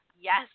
Yes